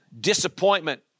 disappointment